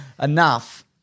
Enough